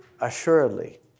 Assuredly